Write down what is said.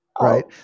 right